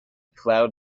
cloud